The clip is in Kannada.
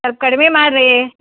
ಸೊಲ್ಪ ಕಡಿಮೆ ಮಾಡ್ರಿ